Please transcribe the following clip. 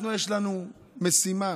לנו יש משימה